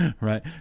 right